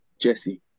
jesse